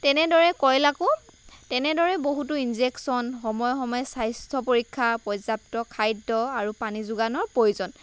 তেনেদৰে কইলাৰকো তেনেদৰে বহুতো ইঞ্জেক্সন সময়ে সময়ে স্বাস্থ্য পৰীক্ষা পৰ্যাপ্ত খাদ্য আৰু পানী যোগানৰ প্ৰয়োজন